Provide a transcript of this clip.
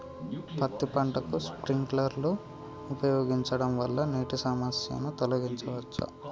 పత్తి పంటకు స్ప్రింక్లర్లు ఉపయోగించడం వల్ల నీటి సమస్యను తొలగించవచ్చా?